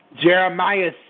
Jeremiah